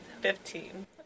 Fifteen